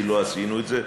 כי לא עשינו את זה,